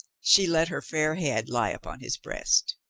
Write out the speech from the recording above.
she let her fair head lie upon his breast.